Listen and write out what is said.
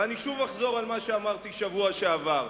ואני שוב אחזור על מה שאמרתי בשבוע שעבר.